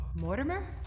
Mortimer